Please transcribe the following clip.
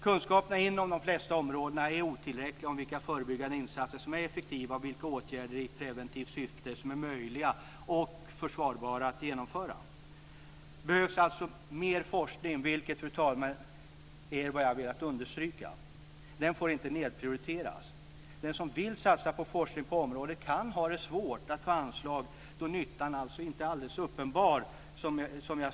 Kunskaperna är inom de flesta områden otillräckliga om vilka förebyggande insatser som är effektiva och om vilka åtgärder i preventivt syfte som är möjliga och försvarbara att genomföra. Det behövs alltså mer forskning, vilket, fru talman, är vad jag har velat understryka. Den får inte nedprioriteras. Den som vill satsa på forskning på området kan ha svårt att få anslag då nyttan, som jag sagt, inte är alldeles uppenbar.